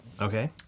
Okay